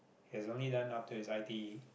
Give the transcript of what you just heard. has only done up till his i_t_e